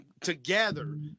together